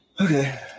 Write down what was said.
Okay